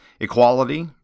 Equality